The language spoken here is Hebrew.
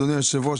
אדוני היושב-ראש,